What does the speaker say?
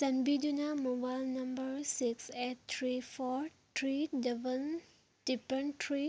ꯆꯥꯟꯕꯤꯗꯨꯅ mobile number six eight three four three double triple three